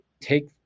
take